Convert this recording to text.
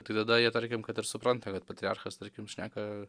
tai tada jie tarkim kad ir supranta kad patriarchas tarkim šneka